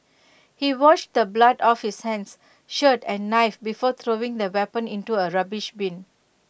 he washed the blood off his hands shirt and knife before throwing the weapon into A rubbish bin